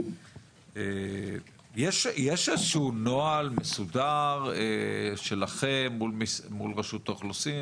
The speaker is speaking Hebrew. יש איזשהו נוהל מסודר שלכם מול רשות האוכלוסין,